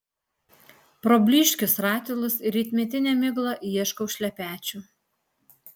pro blyškius ratilus ir rytmetinę miglą ieškau šlepečių